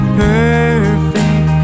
perfect